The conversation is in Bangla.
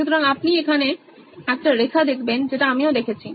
সুতরাং আপনি এখানে একটা রেখা দেখবেন যেটা আমিও দেখেছি